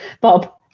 Bob